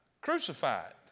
Crucified